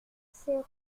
ses